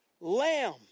lamb